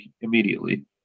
immediately